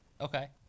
Okay